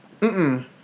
Mm-mm